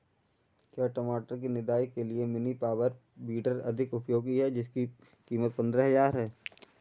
क्या टमाटर की निदाई के लिए मिनी पावर वीडर अधिक उपयोगी है जिसकी कीमत पंद्रह हजार है?